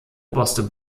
oberster